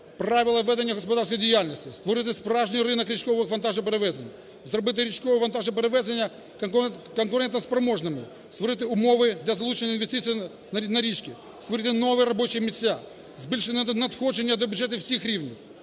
правила ведення господарської діяльності, створити справжній ринок річкових вантажоперевезень, зробити річкові вантажоперевезення конкурентоспроможними, створити умови для залучення інвестицій на річки, створити нові робочі місця, збільшити надходження до бюджетів усіх рівнів.